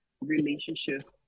relationship